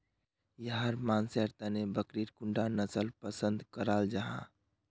याहर मानसेर तने बकरीर कुंडा नसल पसंद कराल जाहा?